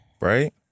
Right